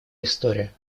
история